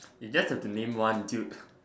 you just have to name one dude